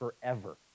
forever